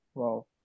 Wow